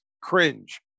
cringe